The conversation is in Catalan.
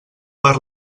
per